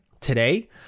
today